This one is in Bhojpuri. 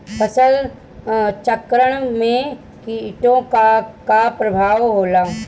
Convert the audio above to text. फसल चक्रण में कीटो का का परभाव होला?